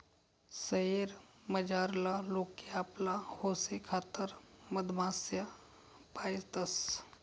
शयेर मझारला लोके आपला हौशेखातर मधमाश्या पायतंस